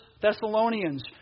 Thessalonians